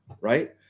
right